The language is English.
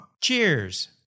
Cheers